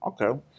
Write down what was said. okay